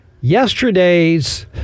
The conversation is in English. Yesterday's